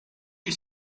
you